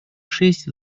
шесть